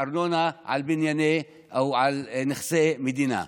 מארנונה על בנייני או נכסי המדינה.